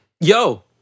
Yo